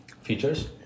features